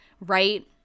Right